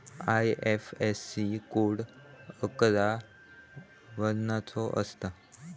IFSC code अकरा वर्णाचो असता